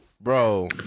Bro